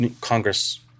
Congress